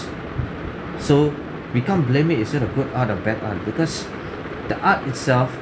so we can't blame it is it a good art or bad art because the art itself